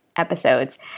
episodes